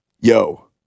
Yo